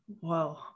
Whoa